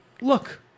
Look